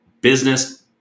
business